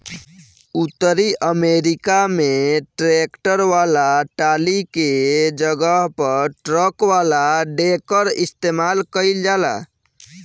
उतरी अमेरिका में ट्रैक्टर वाला टाली के जगह पर ट्रक वाला डेकर इस्तेमाल कईल जाला